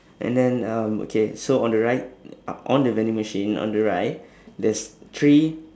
and then um okay so on the right uh on the vending machine on the right there's three